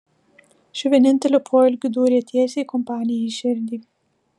šiuo vieninteliu poelgiu dūrė tiesiai kompanijai į širdį